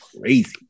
crazy